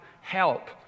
help